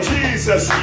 Jesus